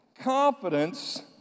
confidence